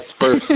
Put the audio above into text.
first